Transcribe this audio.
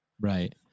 Right